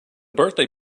birthday